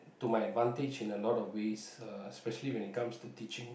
to my advantage in a lot of ways uh especially when it comes to teaching